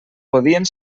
podien